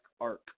arc